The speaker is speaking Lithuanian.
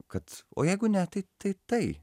kad o jeigu ne tai tai tai